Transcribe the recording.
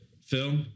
Phil